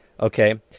Okay